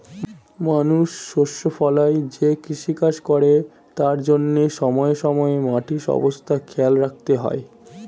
মানুষ শস্য ফলায় যে কৃষিকাজ করে তার জন্যে সময়ে সময়ে মাটির অবস্থা খেয়াল রাখতে হয়